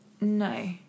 No